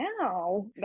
now